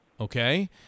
Okay